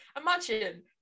Imagine